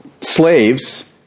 slaves